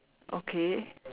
okay